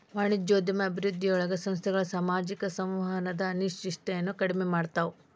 ವಾಣಿಜ್ಯೋದ್ಯಮ ಅಭಿವೃದ್ಧಿಯೊಳಗ ಸಂಸ್ಥೆಗಳ ಸಾಮಾಜಿಕ ಸಂವಹನದ ಅನಿಶ್ಚಿತತೆಯನ್ನ ಕಡಿಮೆ ಮಾಡ್ತವಾ